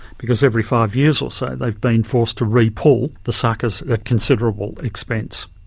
because every five years or so they have been forced to re-pull the suckers at considerable expense.